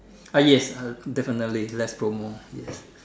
uh yes uh definitely less promo yes